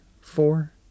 four